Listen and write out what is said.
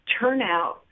turnout